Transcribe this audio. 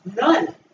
None